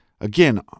Again